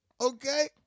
Okay